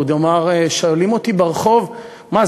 הוא אמר: שואלים אותי ברחוב: מה,